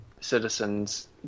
citizens